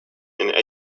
and